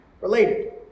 related